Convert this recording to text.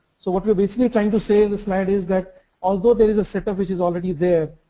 so what we're basically trying to say in this slide is, that although there is a sector which is already there,